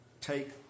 take